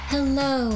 Hello